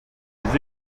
les